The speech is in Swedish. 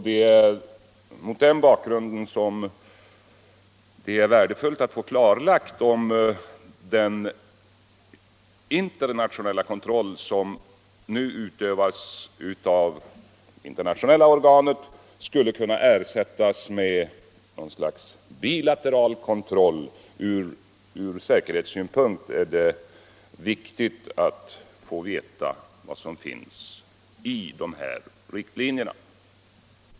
Det är mot den bakgrunden som det är värdefullt att få klarlagt om den internationella kontroll som nu utövas av det internationella organet skulle kunna ersättas med något slags bilateral kontroll. Från säkerhetssynpunkt är det viktigt att få veta vad som sägs därom i de nya riktlinjerna.